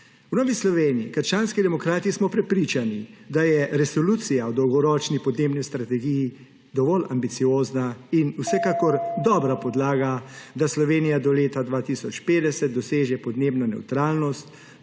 V Novi Sloveniji - krščanski demokrati smo prepričani, da je resolucija o Dolgoročni podnebni strategiji dovolj ambiciozna in vsekakor dobra podlaga, da Slovenija do leta 2050 doseže podnebno nevtralnost,